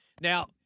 Now